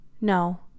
No